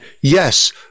yes